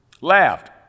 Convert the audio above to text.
Laughed